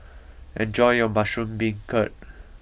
enjoy your Mushroom Beancurd